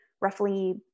roughly